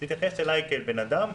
תתייחס אלי כבן אדם,